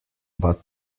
but